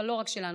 אבל לא רק שלנו,